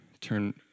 turn